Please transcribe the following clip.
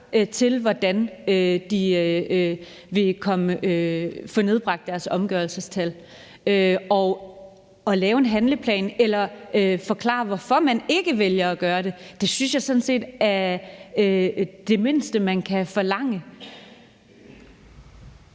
til, hvordan de vil få nedbragt deres omgørelsestal. At lave en handleplan eller forklare, hvorfor man ikke vælger at gøre det, synes jeg sådan set er det mindste, man kan forlange.